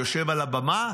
יושב על הבמה